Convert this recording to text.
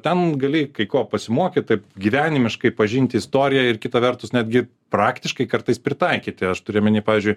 ten gali kai ko pasimokyt taip gyvenimiškai pažinti istoriją ir kita vertus netgi praktiškai kartais pritaikyti aš turiu omeny pavyzdžiui